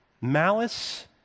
malice